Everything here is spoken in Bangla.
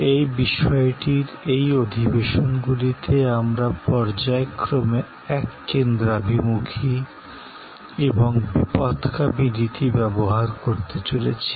এই বিষয়টির এই সেশনগুলিতে আমরা পর্যায়ক্রমে কনভার্জেন্ট খী এবং ডাইভার্জেন্ট রীতি ব্যবহার করতে চলেছি